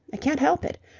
i can't help it.